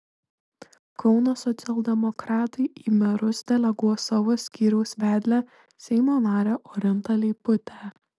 kauno socialdemokratai į merus deleguos savo skyriaus vedlę seimo narę orintą leiputę